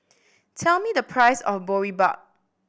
tell me the price of Boribap